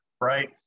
right